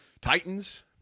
Titans